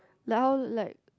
like how like